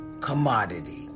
commodity